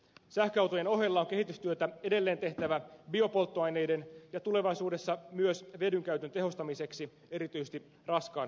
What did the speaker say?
sähköautojen ohella on kehitystyötä edelleen tehtävä biopolttoaineiden ja tulevaisuudessa myös vedyn käytön tehostamiseksi erityisesti raskaan kaluston polttoainelähteenä